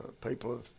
People